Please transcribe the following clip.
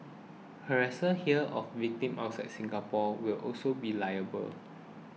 harassers here of victims outside Singapore will also be liable